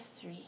three